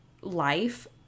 life